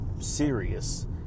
serious